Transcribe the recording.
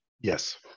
Yes